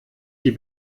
die